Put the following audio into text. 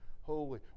holy